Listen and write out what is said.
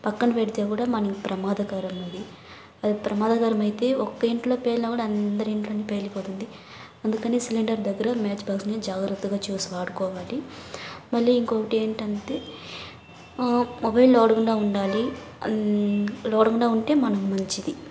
పక్కన పెడితే కూడా మనకి ప్రమాదకరం అది అది ప్రదకరం అయితే ఒక్కో ఇంట్లో పేలినా కూడా అందరి ఇంట్లోనూ పేలిపోతుంది అందుకని సిలిండర్ దగ్గర మ్యాచ్ బాక్స్ని జాగ్రత్తగా చూసి వాడుకోవాలి మళ్ళీ ఇంకొకటి ఏంటంటే మొబైల్ వాడకుండా ఉండాలి వాడకుండా ఉంటే మనకి మంచిది